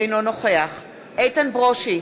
אינו נוכח איתן ברושי,